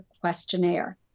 Questionnaire